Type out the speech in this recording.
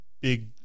big